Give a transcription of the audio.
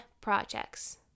projects